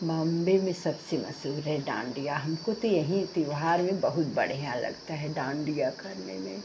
बाम्बे में सबसे मशहूर है डान्डिया हमको तो यही त्योहार में बहुत बढ़ियाँ लगता है डान्डिया करने में